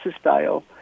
style